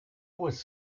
was